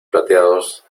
plateados